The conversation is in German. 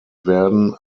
werden